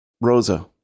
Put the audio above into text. Rosa